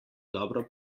dobro